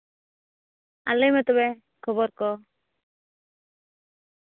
ᱟᱨ ᱞᱟᱹᱭ ᱢᱮ ᱛᱚᱵᱮ ᱠᱷᱚᱵᱚᱨ ᱠᱚ